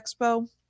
expo